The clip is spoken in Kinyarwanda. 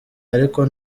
ariko